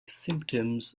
symptoms